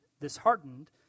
disheartened